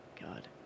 God